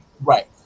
Right